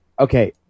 okay